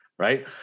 Right